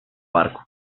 barco